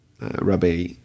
Rabbi